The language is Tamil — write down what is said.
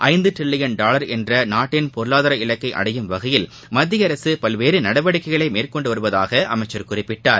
ஐந்து ட்ரில்லியன் டாலர் என்ற நாட்டின் பொருளாதார இலக்கை அடையும் வகையில் மத்திய அரசு பல்வேறு நடவடிக்கைகளை மேற்கொண்டு வருவதாக அமைச்சர் குறிப்பிட்டார்